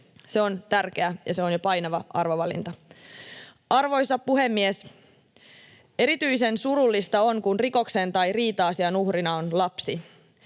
Se on tärkeä ja jo painava arvovalinta. Arvoisa puhemies! Erityisen surullista on, kun rikoksen tai riita-asian uhrina on lapsi.